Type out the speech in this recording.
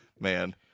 Man